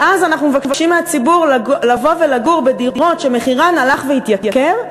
ואז אנחנו מבקשים מהציבור לבוא ולגור בדירות שהלכו והתייקרו,